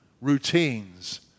routines